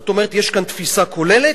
זאת אומרת, יש כאן תפיסה כוללת.